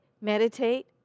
meditate